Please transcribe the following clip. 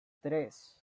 tres